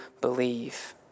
believe